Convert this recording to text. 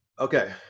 Okay